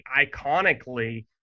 iconically